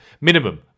minimum